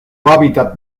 hábitat